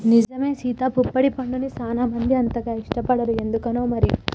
నిజమే సీత పొప్పడి పండుని సానా మంది అంతగా ఇష్టపడరు ఎందుకనో మరి